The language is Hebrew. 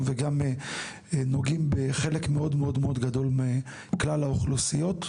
וגם נוגעים בחלק מאוד מאוד מאוד גדול מכלל האוכלוסיות.